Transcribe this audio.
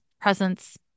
presence